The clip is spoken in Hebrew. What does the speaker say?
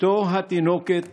שבתו התינוקת